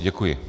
Děkuji.